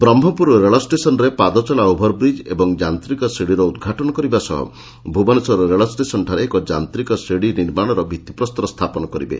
ବ୍ରହ୍କପୁର ରେଳ ଷ୍ଟେସନ୍ରେ ପାଦଚଲା ଓଭର ବ୍ରିଜ୍ ଏବଂ ଯାଞ୍ଡିକ ଶିଡ଼ିର ଉଦ୍ଘାଟନ କରିବା ସହ ଭୁବନେଶ୍ୱର ରେଳ ଷ୍ଟେସନ୍ଠାରେ ଏକ ଯାଡିକ ଶିଡ଼ି ନିର୍ମାଣର ଭିତ୍ତିପ୍ରସ୍ଠର ସ୍ରାପନ କରିବେ